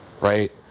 right